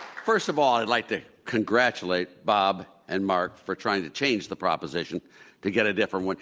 first of all, i'd like to congratulate bob and mark for trying to change the proposition to get a different one.